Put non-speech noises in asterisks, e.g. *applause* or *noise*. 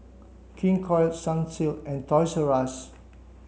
King Koil Sunsilk and Toys *unintelligible*